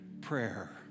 prayer